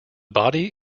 body